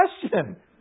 question